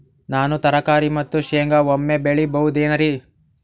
ನಾನು ತರಕಾರಿ ಮತ್ತು ಶೇಂಗಾ ಒಮ್ಮೆ ಬೆಳಿ ಬಹುದೆನರಿ?